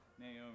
Naomi